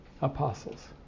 apostles